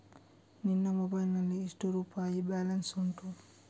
ನಿನ್ನ ಮೊಬೈಲ್ ನಲ್ಲಿ ಎಷ್ಟು ರುಪಾಯಿ ಬ್ಯಾಲೆನ್ಸ್ ಉಂಟು?